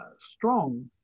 strong